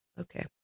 okay